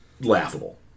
laughable